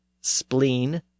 spleen